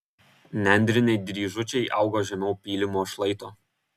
nendriniai dryžučiai augo žemiau pylimo šlaito